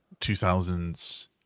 2000s